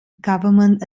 government